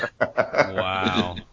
Wow